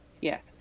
Yes